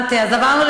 כן.